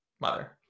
mother